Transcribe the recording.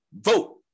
vote